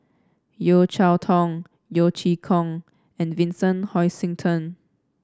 Yeo Cheow Tong Yeo Chee Kiong and Vincent Hoisington